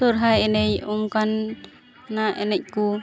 ᱥᱚᱨᱦᱟᱭ ᱮᱱᱮᱡ ᱚᱱᱠᱟᱱᱟᱜ ᱮᱱᱮᱡ ᱠᱚ